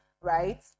right